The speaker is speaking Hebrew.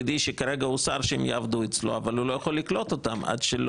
אני לא יודע.